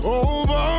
over